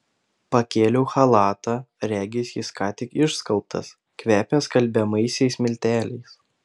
pakėliau chalatą regis jis ką tik išskalbtas kvepia skalbiamaisiais milteliais